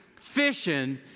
Fishing